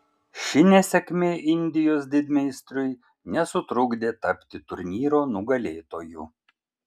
ši nesėkmė indijos didmeistriui nesutrukdė tapti turnyro nugalėtoju